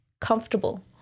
comfortable